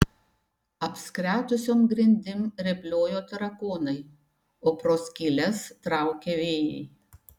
apskretusiom grindim rėpliojo tarakonai o pro skyles traukė vėjai